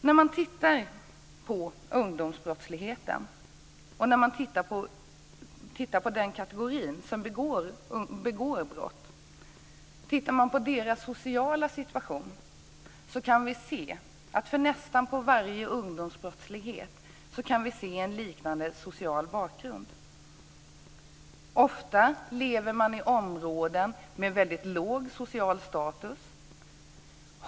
När det gäller ungdomsbrottsligheten och den kategori som begår brott och när det gäller deras sociala situation kan vi för nästan varje ungdomsbrott konstatera en liknande social bakgrund. Ofta lever man i områden med väldigt låg social status.